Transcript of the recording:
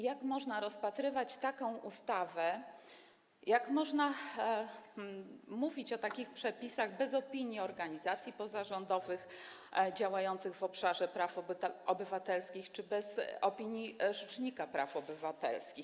Jak można rozpatrywać taką ustawę, jak można mówić o takich przepisach bez opinii organizacji pozarządowych działających w obszarze praw obywatelskich czy bez opinii rzecznika praw obywatelskich?